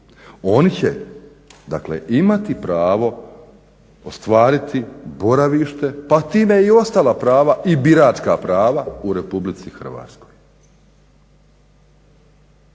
dakle imati pravo ostvariti boravište, pa time i ostala prava i biračka prava u Republici Hrvatskoj.